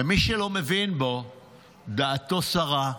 ומי שלא מבין בו דעתו סרה,